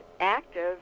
active